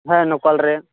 ᱦᱮᱸ ᱞᱳᱠᱟᱞ ᱨᱮ